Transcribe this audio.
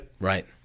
Right